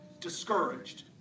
discouraged